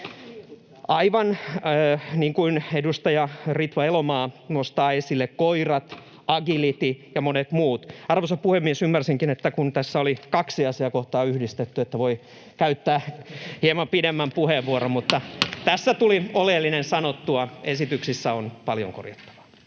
Aivan niin kuin edustaja Ritva Elomaa nostaa esille: koirat, agility ja monet muut. Arvoisa puhemies! Ymmärsinkin, että kun tässä oli kaksi asiakohtaa yhdistetty, voi käyttää hieman pidemmän puheenvuoron, [Puhemies koputtaa — Naurua] mutta tässä tuli oleellinen sanottua. Esityksissä on paljon korjattavaa.